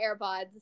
AirPods